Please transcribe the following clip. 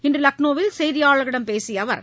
இன்று லக்னோவில் செய்தியாளர்களிடம் பேசிய அவர்